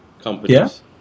companies